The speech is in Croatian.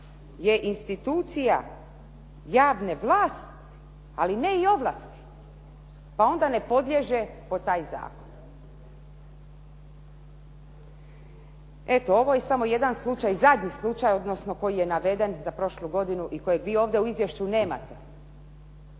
je institucija javne vlasti, ali ne i ovlasti, pa onda ne podliježe pod taj zakon.“ Eto, ovo je samo jedan slučaj, zadnji slučaj odnosno koji je naveden za prošlu godinu i kojeg vi ovdje u izvješću nemate.